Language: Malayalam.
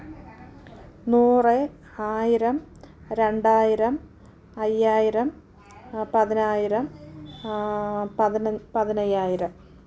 നൂറെ ആയിരം രണ്ടായിരം ഐയ്യായിരം അ പതിനായിരം പതിനൻ പതിനയ്യായിരം